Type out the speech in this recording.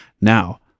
Now